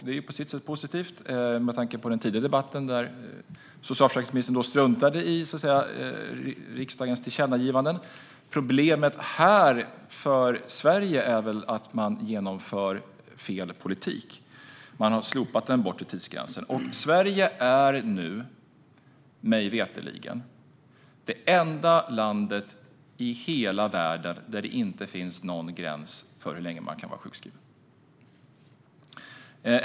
Det är på sitt sätt positivt med tanke på den tidigare debatten, där socialförsäkringsministern så att säga struntade i riksdagens tillkännagivanden. Problemet för Sverige här är väl att man genomför fel politik. Man har slopat den bortre tidsgränsen. Sverige är nu, mig veterligen, det enda landet i hela världen där det inte finns någon gräns för hur länge man kan vara sjukskriven.